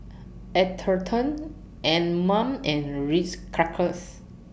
Atherton Anmum and Ritz Crackers